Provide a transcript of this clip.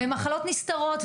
מחלות נסתרות,